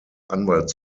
anwalt